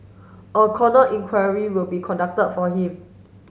a corner inquiry will be conducted for him